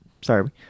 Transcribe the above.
sorry